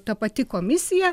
ta pati komisija